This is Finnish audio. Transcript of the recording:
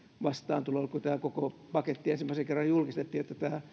vastaantulo kun tämä koko paketti ensimmäisen kerran julkistettiin